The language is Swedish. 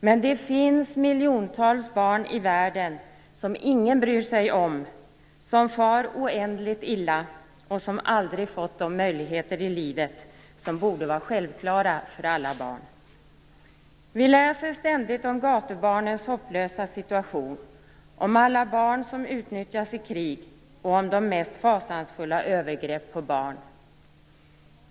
Men det finns miljontals barn i världen som ingen bryr sig om, som far oändligt illa och som aldrig fått de möjligheter i livet som borde vara självklara för alla barn. Vi läser ständigt om gatubarnens hopplösa situation, om alla barn som utnyttjas i krig och om de mest fasansfulla övergrepp på barn.